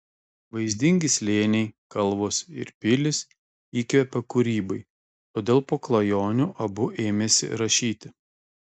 vaizdingi slėniai kalvos ir pilys įkvepia kūrybai todėl po klajonių abu ėmėsi rašyti